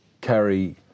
carry